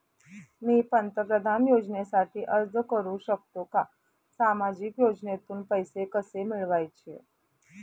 मी पंतप्रधान योजनेसाठी अर्ज करु शकतो का? सामाजिक योजनेतून पैसे कसे मिळवायचे